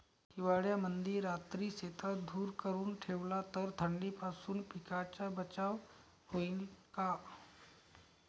हिवाळ्यामंदी रात्री शेतात धुर करून ठेवला तर थंडीपासून पिकाचा बचाव होईन का?